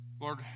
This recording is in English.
Lord